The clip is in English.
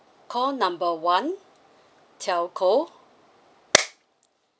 call number one telco